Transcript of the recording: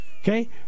okay